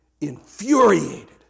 infuriated